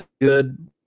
good